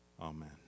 Amen